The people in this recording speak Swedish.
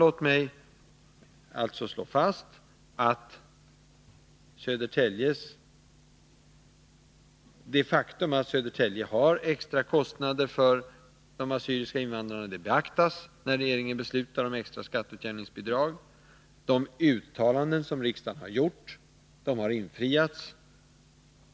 Låt mig alltså slå fast att det faktum att Södertälje har extra kostnader för de assyriska/syrianska invandrarna beaktas när regeringen beslutar om extra skatteutjämningsbidrag. De uttalanden som riksdagen har gjort har infriats.